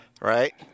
right